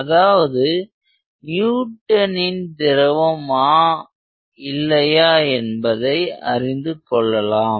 அதாவது அது நியூட்டனின் திரவமா இல்லையா என்பதை தெரிந்து கொள்ளலாம்